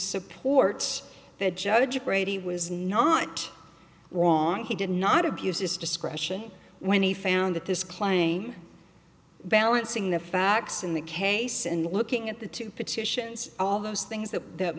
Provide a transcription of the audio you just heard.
supports the judge's brady was not wrong he did not abuse his discretion when he found that this claim balancing the facts in the case and looking at the two petitions all those things that